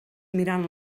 mirant